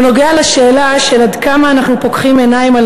הוא נוגע לשאלה של עד כמה אנחנו פוקחים עיניים על